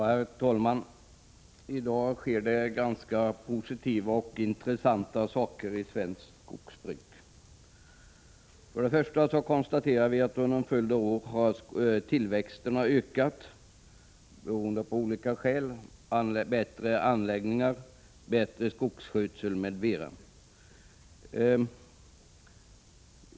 Herr talman! I dag sker det ganska positiva och intressanta saker inom svenskt skogsbruk. Först kan man konstatera att tillväxten av olika skäl har ökat under en följd av år. Det har bl.a. blivit bättre anläggningar och bättre skogsskötsel.